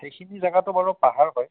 সেইখিনি জেগাটো বাৰু পাহাৰ হয়